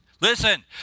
listen